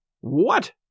What